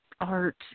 art